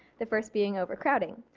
the first being overcrowding.